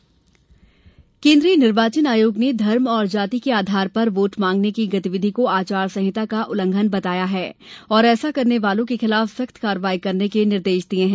निर्वाचन वीडियोग्राफी केन्द्रीय निर्वाचन आयोग ने धर्म और जाति के आधार पर वोट मांगने की गतिविधि को आचार संहिता का उल्लंघन बताया है और ऐसा करने वालों के खिलाफ सख्त कार्यवाही करने के निर्देश दिये हैं